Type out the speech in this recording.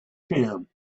can